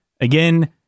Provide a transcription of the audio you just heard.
Again